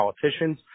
politicians